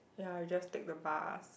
ya you just take the bus